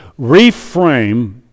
reframe